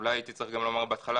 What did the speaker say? אולי הייתי צריך גם לומר בהתחלה,